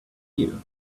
you